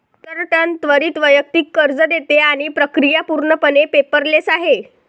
Fullerton त्वरित वैयक्तिक कर्ज देते आणि प्रक्रिया पूर्णपणे पेपरलेस आहे